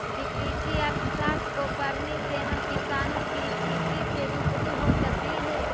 कृषि अर्थशास्त्र को पढ़ने से हम किसानों की स्थिति से रूबरू हो सकली हे